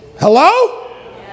Hello